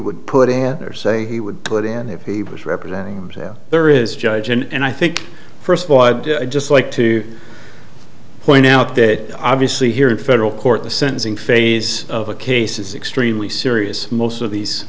would put in there say he would put in if he was representing himself there is judge and i think first of all i'd just like to point out that obviously here in federal court the sentencing phase of a case is extremely serious most of these